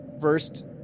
first